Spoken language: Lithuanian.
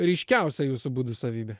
ryškiausia jūsų būdo savybė